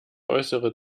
äußere